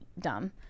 dumb